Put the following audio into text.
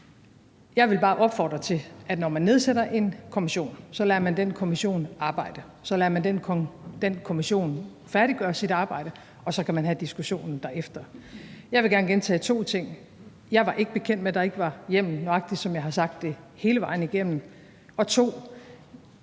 Jeg vil bare opfordre til, at man, når man nedsætter en kommission, lader den kommission arbejde og lader den kommission færdiggøre sit arbejde, og så kan vi have diskussionen derefter. Jeg vil gerne gentage to ting. 1) Jeg var ikke bekendt med, at der ikke var hjemmel – nøjagtig som jeg har sagt hele vejen igennem. 2) Ja,